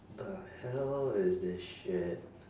the hell is this shit